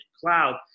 cloud